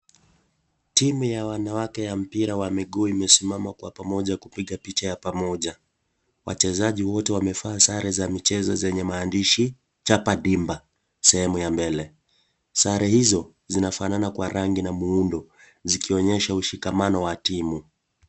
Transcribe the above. Timu ya wanawake ya mpira wa miguu imesimama kwa pamoja kupiga picha ya pamoja. Wachezaji wote wamevaa sare za michezo zenye maandishi, chapa dimba sehemu ya mbele. Sare hizo, zinafanana kwa rangi na muundo, zikionyesha ushikamano wa timu.